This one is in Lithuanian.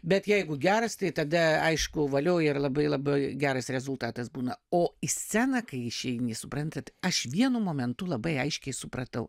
bet jeigu geras tai tada aišku valio ir labai labai geras rezultatas būna o į sceną kai išeini suprantat aš vienu momentu labai aiškiai supratau